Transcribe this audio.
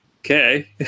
okay